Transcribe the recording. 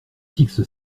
fixe